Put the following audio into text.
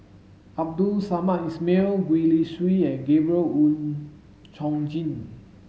Abdul Samad Ismail Gwee Li Sui and Gabriel Oon Chong Jin